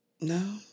No